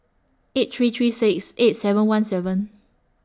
eight three three six eight seven one seven